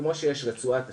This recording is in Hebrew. כמו שיש רצועת תשתיות,